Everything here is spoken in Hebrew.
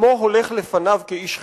שמו הולך לפניו כאיש חינוך.